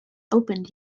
opened